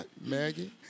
Maggie